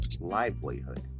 livelihood